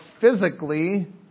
physically